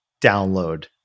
download